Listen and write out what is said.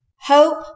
Hope